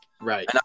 right